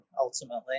ultimately